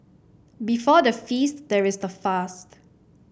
before the feast there is the fast